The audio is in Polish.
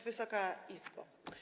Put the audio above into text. Wysoka Izbo!